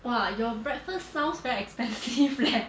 !wah! your breakfast sounds very expensive leh